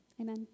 Amen